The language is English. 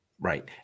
Right